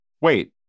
Wait